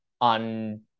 on